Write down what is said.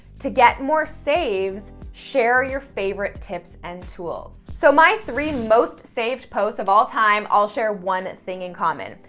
to get more saves, share your favorite tips and tools. so my three most saved posts of all time all share one thing in common.